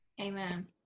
Amen